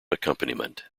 accompaniment